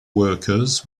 workers